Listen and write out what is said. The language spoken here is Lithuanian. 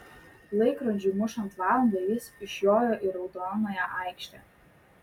laikrodžiui mušant valandą jis išjojo į raudonąją aikštę